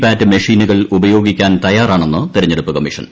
പാറ്റ് നിന് മെഷീനുകൾ ഉപയോഗിക്ക്ാൻ തയ്യാറാണെന്ന് തെരഞ്ഞെടുപ്പ് കമ്മീഷൻ